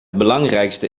belangrijkste